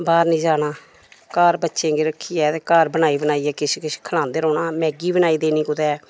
बाहर निं जाना घर बच्चें गी रक्खियै ते घर बनाई बनाइयै किश किश खलांदे रौह्ना मैगी बनाई देनी कुतै